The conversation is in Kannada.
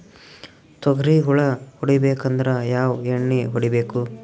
ತೊಗ್ರಿ ಹುಳ ಹೊಡಿಬೇಕಂದ್ರ ಯಾವ್ ಎಣ್ಣಿ ಹೊಡಿಬೇಕು?